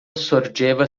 sorgeva